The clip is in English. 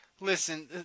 listen